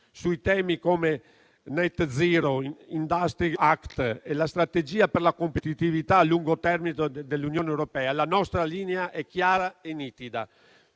Sui temi come Net zero industry act e la strategia per la competitività a lungo termine dell'Unione europea la nostra linea è chiara e nitida: